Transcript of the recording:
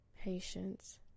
Patience